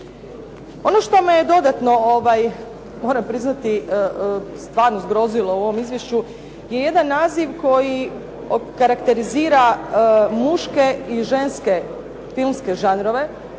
Ono što me dodatno moram priznati stvarno zgrozilo u ovom izvješću je jedan naziv koji karakterizira muške i ženske filmske žanrove